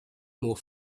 more